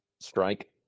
strike